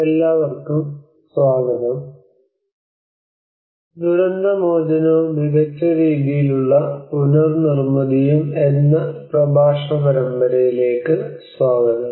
എല്ലാവർക്കും സ്വാഗതം ദുരന്ത മോചനവും മികച്ച രീതിയിലുള്ള പുനർ നിർമ്മിതിയും എന്ന പ്രഭാഷണ പരമ്പരയിലേക്ക് സ്വാഗതം